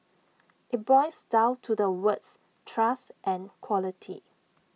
IT boils down to the words trust and quality